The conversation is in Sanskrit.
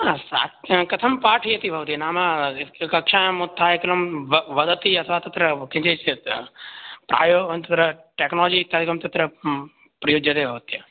साक्ष कथं पाठयति भवती नाम कक्षायाम् उत्थाय केवलं ब वदति अथवा तत्र किञ्चित् प्रायो तत्र टेक्नोलजि इत्यादिकं तत्र प्रयुज्यते भवत्या